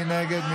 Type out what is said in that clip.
מי נגד?